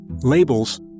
Labels